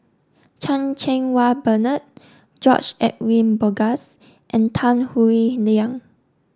Chan Cheng Wah Bernard George Edwin Bogaars and Tan Howe Liang